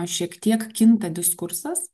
šiek tiek kinta diskursas